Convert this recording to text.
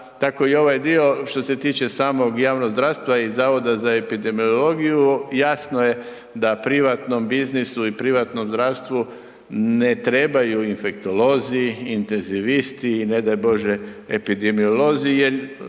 tako i ovaj dio što se tiče samog javnog zdravstva i Zavoda za epidemiologiju, jasno je da privatnom biznisu i privatnom zdravstvu ne trebaju infektolozi, intezivisti i ne daj Bože epidemiolozi jer